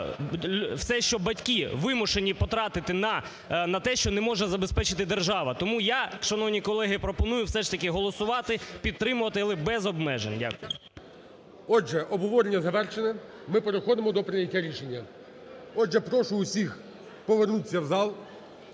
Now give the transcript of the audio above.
все, що батьки вимушені потратити на те, що не може забезпечити держава. Тому я, шановні колеги, пропоную все ж таки голосувати, підтримувати, але без обмежень. Дякую. ГОЛОВУЮЧИЙ. Отже, обговорення завершене. Ми переходимо до прийняття рішення. Отже, прошу усіх повернутися в зал,